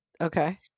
Okay